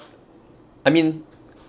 I mean